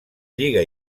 lliga